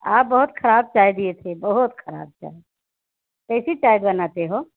आप बहुत ख़राब चाय दिए थे बहुत ख़राब चाय कैसी चाय बनाते हो